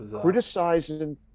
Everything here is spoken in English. Criticizing